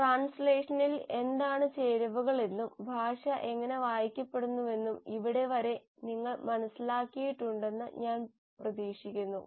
ട്രാൻസ്ലേഷനിൽ എന്താണ് ചേരുവകൾ എന്നും ഭാഷ എങ്ങനെ വായിക്കപ്പെടുന്നുവെന്നും ഇവിടെ വരെ നിങ്ങൾ മനസ്സിലാക്കിയിട്ടുണ്ടെന്ന് ഞാൻ പ്രതീക്ഷിക്കുന്നു